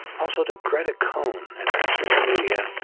also to gretta cohn at transmitter media,